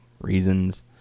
reasons